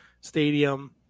stadium